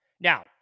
Now